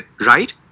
right